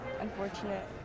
Unfortunate